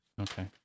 Okay